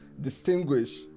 distinguish